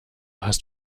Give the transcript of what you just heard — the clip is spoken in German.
hast